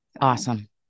Awesome